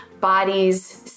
bodies